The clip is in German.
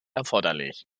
erforderlich